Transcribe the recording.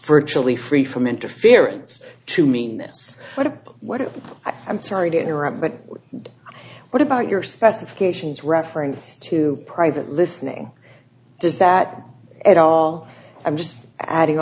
virtually free from interference to mean this what if what if i'm sorry to interrupt but what about your specifications reference to private listening does that at all i'm just adding